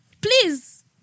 Please